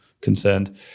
concerned